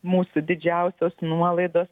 mūsų didžiausios nuolaidos